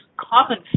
common